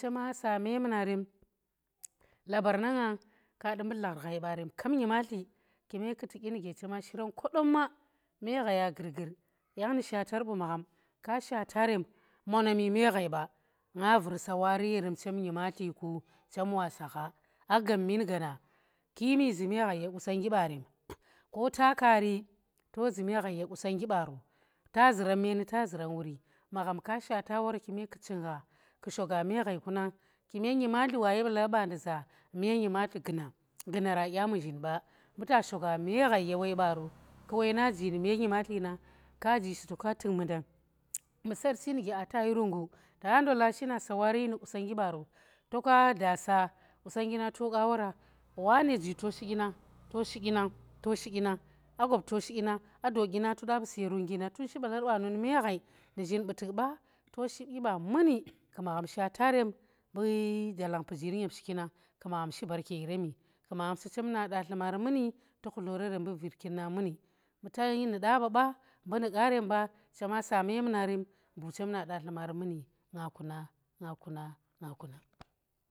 chema sa memunarem labar na nga ka di mbu dlar ghai barem kap nyimatli kume ku tuk dyi nuge chema shiran kodomma me ghaya gurgur, yang nu shatar bu magham ka shatarem monami me ghai ba, nga vur sewari yerem chem nyimatli ku, chem wa sagha a gammin gaana kimi zu me ghai ye meghai qusonggi baare, ta zuran meeni ta zuran wuri, magham ka shata wor kume ku cing gha ku shega me ghai ku nang. kume nyimatli guna, gunara daya muzhin ba, mbu ta shoge me ghai ye woi baaro, ku woi naji nune nyimatli nang, kajisi ta ka tuk mundan mbu sarchi nuge aa ta yi rungu, ta ndola shina sawari nu qusonnggi baaro, toka daa sa qusonnggi nato qa wora, wane ji toshi dyi nang, toshi dyi nang, to shi dyi nang, to shi dyi nang to shi dyi nang aa gap to shi dyi nang, aa do dyi nang to da ba si ye rungi nang, tun shi balar banu nu me ghai, nuzhin bu tuk ba, to shi ba muni magham shate rem mbu dalang pujiri nyem shiki nang ku magham shi baarke yeremi, ku magham sa chem na datli maari muni tu khutle reren mbu virkirna muni, mbu tayi nu da ba ba, mbu mu qa remba chema sa munerem bu chem na datli maari muni nga kuna nga kuna nga kuna.